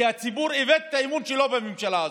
כי הציבור איבד את האמון שלו בממשלה הזאת.